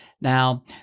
Now